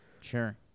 Sure